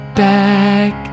back